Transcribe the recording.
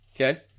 Okay